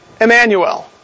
Emmanuel